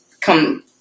come